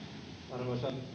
arvoisa rouva